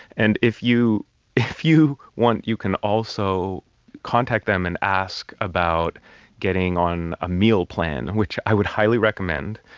and if you if you want, you can also contact them and ask about getting on a meal plan, which i would highly recommend.